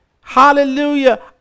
Hallelujah